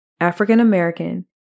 African-American